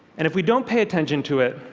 and if we don't pay attention to it,